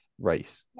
race